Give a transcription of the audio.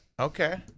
Okay